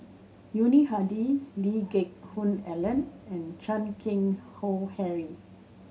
Yuni Hadi Lee Geck Hoon Ellen and Chan Keng Howe Harry